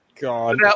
God